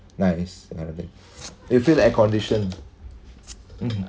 nice kind of thing you feel air condition mm